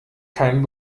kein